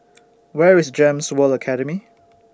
Where IS Gems World Academy